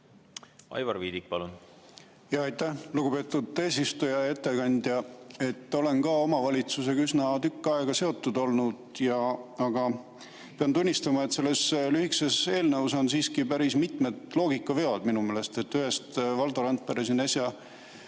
Aivar Viidik, palun! Aitäh, lugupeetud eesistuja! Hea ettekandja! Olen ka omavalitsusega üsna tükk aega seotud olnud ja pean tunnistama, et selles lühikeses eelnõus on siiski päris mitu loogikaviga minu meelest. Ühest Valdo Randpere siin äsja